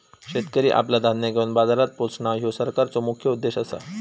शेतकरी आपला धान्य घेवन बाजारात पोचणां, ह्यो सरकारचो मुख्य उद्देश आसा